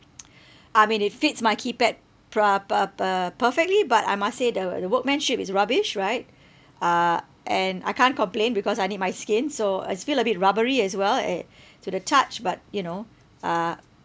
I mean it fits my keypad proper uh perfectly but I must say the the workmanship is rubbish right uh and I can't complain because I need my skin so is feel a bit rubbery as well uh to the touch but you know uh